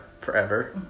forever